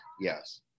Yes